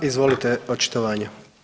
Izvolite očitovanje.